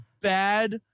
bad